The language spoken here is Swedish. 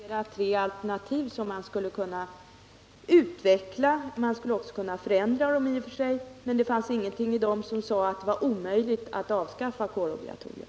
Herr talman! Obligatorieutredningen har presenterat tre alternativ som skulle kunna utvecklas och i och för sig även förändras. Men det fanns ingenting i dem som sade att det var omöjligt att avskaffa kårobligatoriet.